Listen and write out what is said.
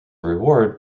reward